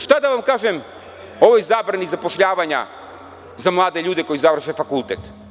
Šta da vam kažem o ovoj zabrani zapošljavanja za mlade ljude koji završe fakultet?